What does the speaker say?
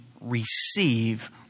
receive